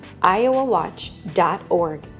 iowawatch.org